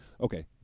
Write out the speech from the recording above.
Okay